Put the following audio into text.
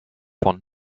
von